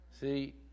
See